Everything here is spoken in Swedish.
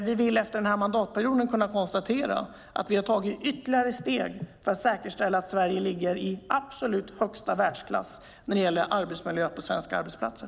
Vi vill efter denna mandatperiod kunna konstatera att vi har tagit ytterligare steg för att säkerställa att Sverige ligger i absolut högsta världsklass när det gäller arbetsmiljön på svenska arbetsplatser.